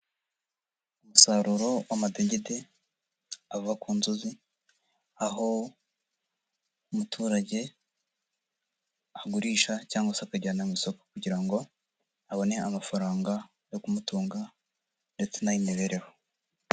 Umusaruro w'amadegede ava ku nzuzi. Aho umuturage, agurisha cyangwa se akajyana mu isoko kugira ngo, abone amafaranga yo ku mutunga, ndetse n'ay'imibereho.